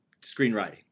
screenwriting